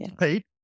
right